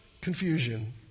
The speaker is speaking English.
confusion